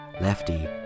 Lefty